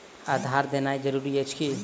आधार देनाय जरूरी अछि की?